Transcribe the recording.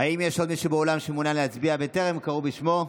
האם יש עוד מישהו באולם שמעוניין להצביע בטרם קראו בשמו?